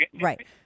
right